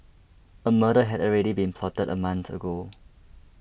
a murder had already been plotted a month ago